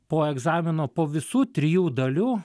po egzamino po visų trijų dalių